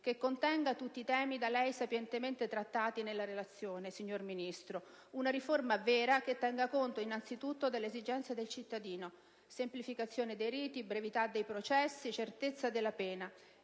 che contenga tutti i temi da lei sapientemente trattati nella relazione, signor Ministro. Una riforma vera, che tenga conto innanzi tutto delle esigenze del cittadino (semplificazione dei riti, brevità dei processi, certezza della pena)